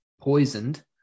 poisoned